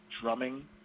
drumming